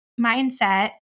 mindset